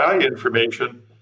information